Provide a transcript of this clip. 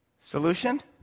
Solution